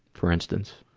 for instance.